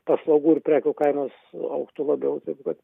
paslaugų ir prekių kainos augtų labiau taip kad